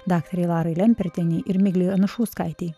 daktarei larai lempertienei ir miglei anušauskaitei